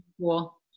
cool